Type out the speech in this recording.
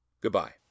Goodbye